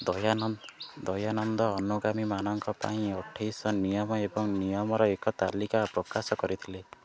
ଦୟାନନ୍ଦ ଦୟାନନ୍ଦ ଅନୁଗାମୀମାନଙ୍କ ପାଇଁ ଅଠେଇଶି ନିୟମ ଏବଂ ନିୟମର ଏକ ତାଲିକା ପ୍ରକାଶ କରିଥିଲେ